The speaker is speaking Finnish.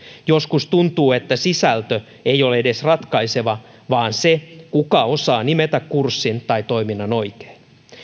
joskus tuntuu että sisältö ei ole edes ratkaiseva vaan se kuka osaa nimetä kurssin tai toiminnan oikein